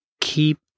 keep